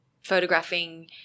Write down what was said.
photographing